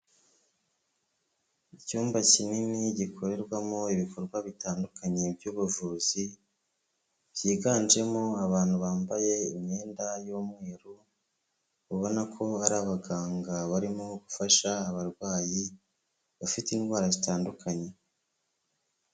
Icyumba kinini gikorerwamo ibikorwa bitandukanye by'ubuvuzi byiganjemo abantu bambaye imyenda y'umweru, ubona ko ari abaganga barimo gufasha abarwayi bafite indwara zitandukanye.